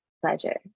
pleasure